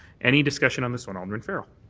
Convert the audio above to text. any discussion on this one? alderman farrell.